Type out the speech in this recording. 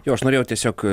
jo aš norėjau tiesiog